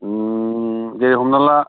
जेरै हमना ला